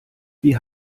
wie